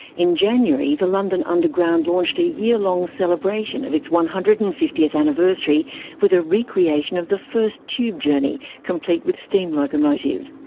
in january the london underground launched a year-long celebration of its one hundred and fiftieth anniversary with a recreation of the first tube journey, complete with steam locomotive.